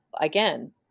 again